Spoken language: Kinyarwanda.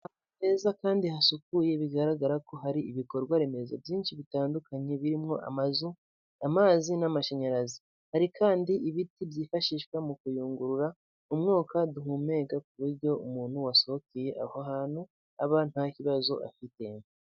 Heza kandi hasukuye bigaragara ko hari ibikorwa remezo byinshi bitandukanye birimo amazu, amazi, n'amashanyarazi. Hari kandi ibiti byifashishwa mu kuyungurura umwuka duhumeka, ku buryo umuntu wasohokeye aho hantu aba nta kibazo afite.